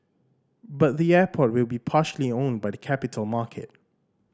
but the airport will be partially owned by the capital market